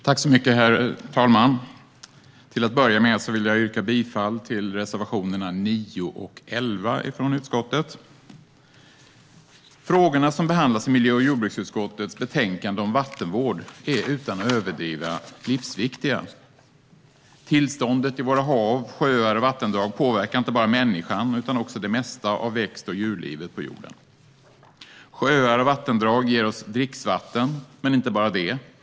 Herr talman! Till att börja med vill jag yrka bifall till reservationerna 9 och 11 från utskottet. Frågorna som behandlas i miljö och jordbruksutskottets betänkande om vattenvård är, utan överdrift, livsviktiga. Tillståndet i våra hav, sjöar och vattendrag påverkar inte bara människan utan också det mesta av växt och djurlivet på jorden. Sjöar och vattendrag ger oss dricksvatten men inte bara det.